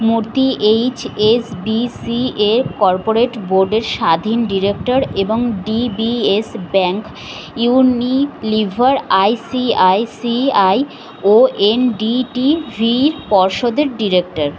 মূর্তি H S B C এ corporate বোর্ডের স্বাধীন ডিরেক্টর এবং D B S bank Unilever I C I C I ও এনডিটিভির পর্ষদের ডিরেক্টার